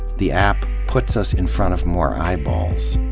the app puts us in front of more eyeballs.